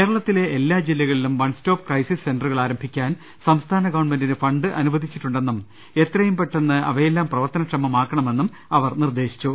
കേരളത്തിലെ എല്ലാ ജില്ലകളിലും വൺസ്റ്റോപ്പ് ക്രൈസിസ് സെന്റ റുകൾ ആരംഭിക്കാൻ സംസ്ഥാന ഗവൺമെന്റിന് ഫണ്ട് അനുവദിച്ചി ട്ടുണ്ടെന്നും എത്രയും പെട്ടെന്ന് അവയെല്ലാം പ്രവർത്തനക്ഷമമാക്ക ണമെന്നും സ്മൃതി ഇറാനി നിർദേശിച്ചു